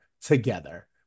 together